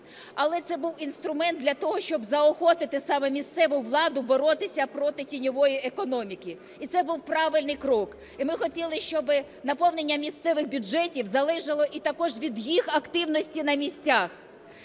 Але це був інструмент для того, щоб заохотити саме місцеву владу боротися проти тіньової економіки. І це був правильний крок. І ми хотіли, щоби наповнення місцевих бюджетів залежало і також від їх активності на місцях.